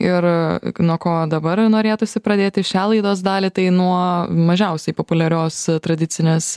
ir nuo ko dabar norėtųsi pradėti šią laidos dalį tai nuo mažiausiai populiarios tradicinės